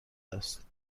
است